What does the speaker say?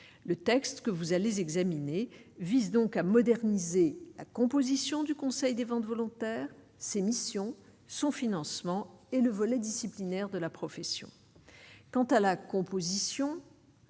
le texte que vous allez examiner vise donc à moderniser la composition du Conseil des ventes volontaires ces missions, son financement et le volet disciplinaire de la profession quant à la composition,